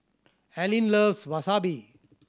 Allyn loves Wasabi